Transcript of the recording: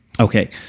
Okay